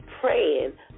praying